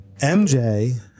MJ